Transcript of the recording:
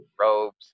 robes